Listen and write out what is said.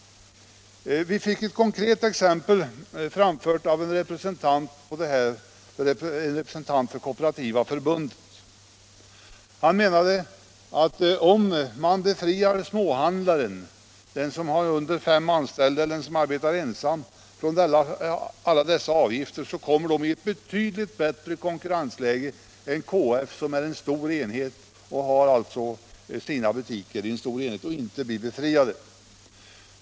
Vi fick ett konkret exempel på detta från en representant för Kooperativa förbundet. Han menade, att om man befriade småhandlaren, den som har högst fem anställda eller arbetar ensam, från alla dessa avgifter, skulle han komma i ett betydligt bättre konkurrensläge än KF, som har sina butiker i en stor enhet och således inte får motsvarande befrielse.